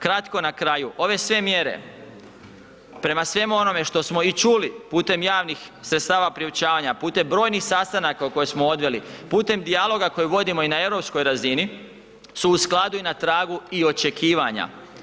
Kratko na kraju, ove sve mjere, prema svemu onome što smo i čuli putem javnih sredstava priopćavanja, putem brojnih sastanaka koje smo odveli, putem dijaloga koje vodimo i na europskoj razini su u skladu i na tragu i očekivanja.